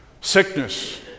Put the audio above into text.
sickness